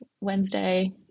Wednesday